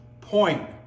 point